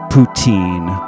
Poutine